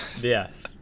Yes